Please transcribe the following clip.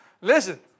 listen